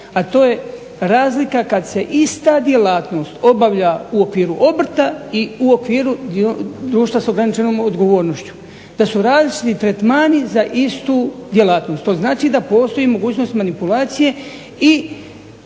a to je razlika kad se ista djelatnost obavlja u okviru obrta i u okviru društva s ograničenom odgovornošću, da su različiti tretmani za istu djelatnost. To znači da postoji mogućnost manipulacije i